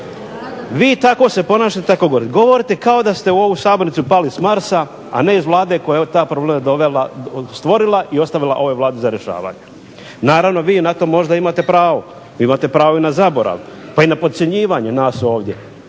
Vi tako se ponašate i tako govorite. Govorite kao da ste u ovu Sabornicu pali sa Marsa a ne iz Vlade koja je te probleme dovela, stvorila i ostavila ovoj Vladi za rješavanje. Naravno vi na to možda imate pravo, imate pravo i na zaborav, pa i na podcjenjivanje nas ovdje